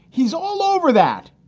he's all over that.